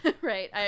Right